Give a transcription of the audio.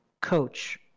coach